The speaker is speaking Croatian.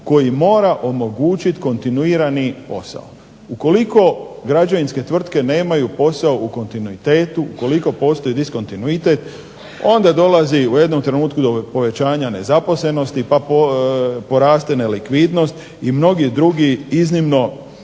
koji mora omogućiti kontinuirani posao. Ukoliko građevinske tvrtke nemaju posao u kontinuitetu, ukoliko postoji diskontinuitet onda dolazi u jednom trenutku do povećanja nezaposlenosti pa poraste nelikvidnost i mnogi drugi iznimno